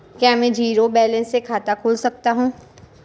क्या मैं zero balance खाता खोल सकता हूँ?